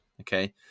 Okay